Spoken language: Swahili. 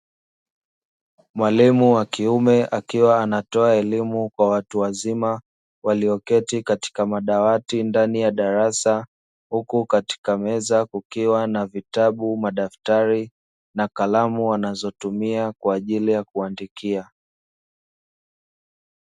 Mwalimu wa kiume akiwa anatoa elimu kwa watu wazima walioketi katika madawati ndani ya darasa, huku katika meza kukiwa na vitabu, madaftari na kalamu wanazotumia kwa ajili ya kuandikia.